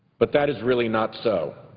but that is really not so.